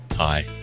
Hi